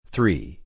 Three